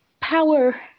power